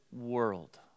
world